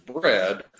bread